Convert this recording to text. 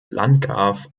landgraf